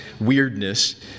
weirdness